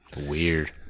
Weird